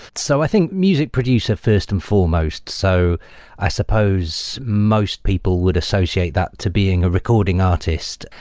so i think music producer first and foremost. so i suppose most people would associate that to being a recording artist.